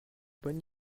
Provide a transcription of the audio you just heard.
bonne